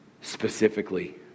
Specifically